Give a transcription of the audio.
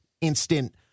instant